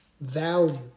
value